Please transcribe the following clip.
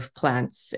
plants